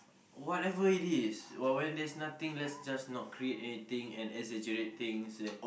whatever it is while when there is nothing let's not create anything or exaggerate things